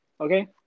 Okay